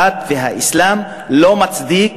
הדת והאסלאם לא מצדיקים,